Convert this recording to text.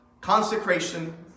consecration